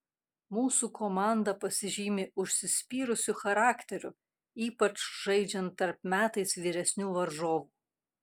mūsų komanda pasižymi užsispyrusiu charakteriu ypač žaidžiant tarp metais vyresnių varžovų